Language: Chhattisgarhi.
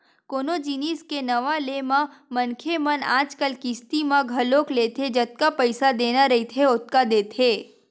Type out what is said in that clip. कोनो जिनिस के नवा ले म मनखे मन आजकल किस्ती म घलोक लेथे जतका पइसा देना रहिथे ओतका देथे